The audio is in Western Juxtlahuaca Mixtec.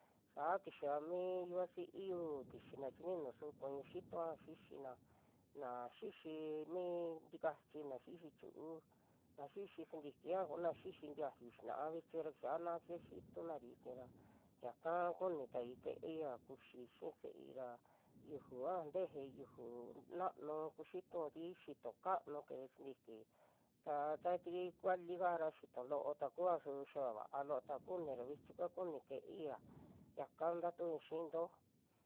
Saa kixa mi yuvasiyu kixina chi ninu, su kuñu xitu'a xixina, naa xixi mi ntikachi, na xixi chiu'u, na xixi sintiki ñaja kuna xixi ntiayu xina'a vichi ra kixiana kixa xitunari vichi ra, yaka kunitai ke'eia kuxi xii se'ei ra, yuju ñaja teje yuju na'nu kuxituri, xitu kanuu keje sintiki taa tati kualika ra xitu loo ta ku'a su xaa, vaa loo ta kuni ra vichi kua kuni ke'eiya yaka ntatu'ui xi'into.